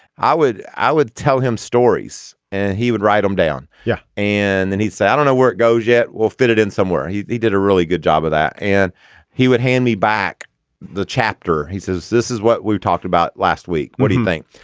i would i would tell him stories and he would write them down yeah and then he'd say i don't know where it goes yet we'll fit it in somewhere. he did a really good job of that and he would hand me back the chapter. he says this is what we've talked about last week. what do you think.